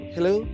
Hello